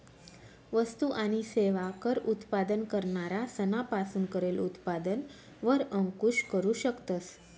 वस्तु आणि सेवा कर उत्पादन करणारा सना पासून करेल उत्पादन वर अंकूश करू शकतस